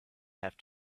have